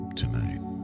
tonight